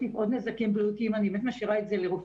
להוסיף בריאותיים אני באמת משאירה את זה לרופאים,